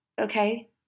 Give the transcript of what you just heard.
Okay